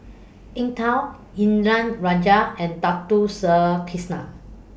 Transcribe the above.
Eng Tow Indranee Rajah and Dato Sri Krishna